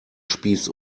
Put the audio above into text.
spieß